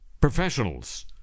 professionals